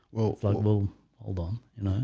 like well hold on, you